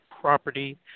property